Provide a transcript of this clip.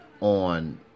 on